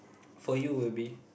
for you will be